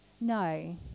no